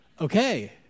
okay